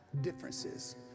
differences